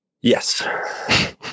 Yes